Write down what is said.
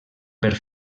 per